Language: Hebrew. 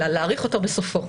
אלא להאריך אותו בסופו.